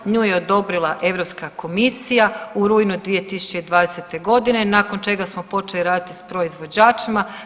Nju je odobrila Europska komisija u rujnu 2020.g. nakon čega smo počeli raditi s proizvođačima.